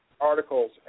articles